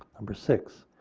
number six.